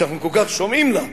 שאנחנו כל כך שומעים לה,